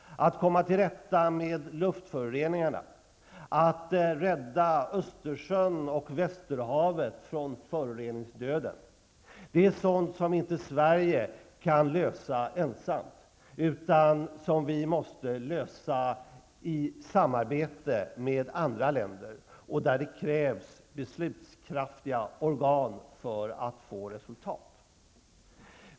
Att komma till rätta med luftföroreningarna, att rädda Östersjön och Västerhavet från föroreningsdöden -- det är sådana frågor som inte Sverige kan lösa ensamt utan som vi måste lösa i samarbete med andra länder. Och det krävs beslutskraftiga organ för att få resultat.